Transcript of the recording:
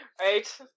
right